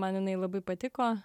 man jinai labai patiko